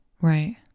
Right